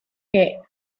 que